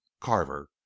carver